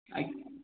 ଆଜ୍ଞା